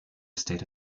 state